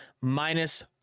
minus